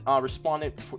responded